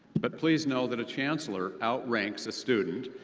but please know that a chancellor outranks a student.